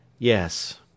Yes